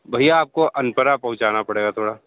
भैया आपको अनपरा पहुंचाना पड़ेगा थोड़ा